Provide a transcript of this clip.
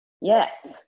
Yes